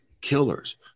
killers